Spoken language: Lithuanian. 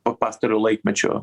pa pastarojo laikmečio